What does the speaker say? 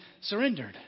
surrendered